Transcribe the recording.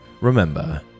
remember